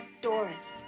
Doris